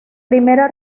primera